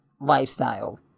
lifestyle